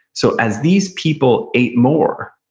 so as these people ate more,